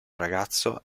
ragazzo